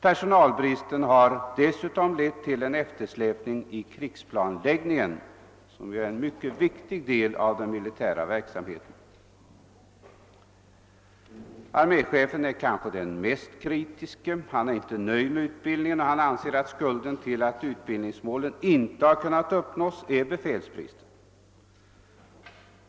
Personalbristen har dessutom lett till en eftersläpning i krigsplanläggningen, som är en mycket viktig del' av den militära verksamheten. Arméchefen är kanske den mest kritiske. Han är inte nöjd med utbildningen, och han anser att orsaken till att utbildningsmålen inte har kunnat uppnås är befälsbristen.